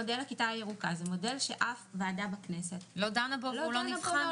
מודל הכיתה הירוקה זה מודל שאף ועדה בכנסת לא דנה בו והוא לא נבחן.